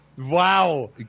Wow